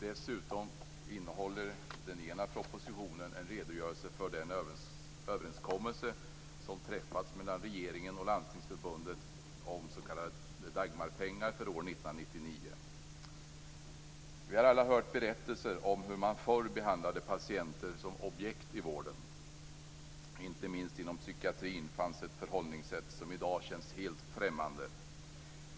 Dessutom innehåller den ena propositionen en redogörelse för den överenskommelse som träffats mellan regeringen och Landstingsförbundet om s.k. Dagmarpengar för år 1999. Vi har alla hört berättelser om hur man förr behandlade patienter som objekt i vården. Inte minst inom psykiatrin fanns ett förhållningssätt som i dag känns helt främmande.